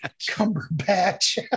Cumberbatch